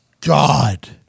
god